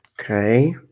Okay